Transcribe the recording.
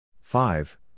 five